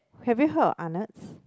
have you heard of Arnold's